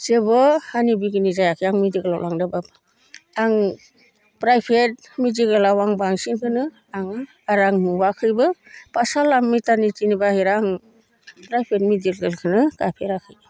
जेबो हानि बिगिनि जायाखै आं मिडिकेलाव लांदोब्लाबो आं प्राइभेट मिडिकेलाव आं बांसिनखौनो लाङो आरो आं नुवाखैबो पातसाला मिथा मिथिनि बाहेरा आं प्राइभेट मिडिकेलखोनो गाफेराखै